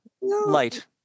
light